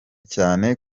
cyane